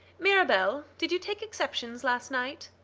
mirabell, did you take exceptions last night?